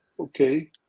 okay